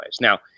Now